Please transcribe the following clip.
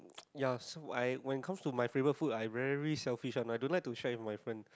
yes so I when it comes to my favourite food I very selfish one I don't like to share with my friend